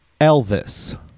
elvis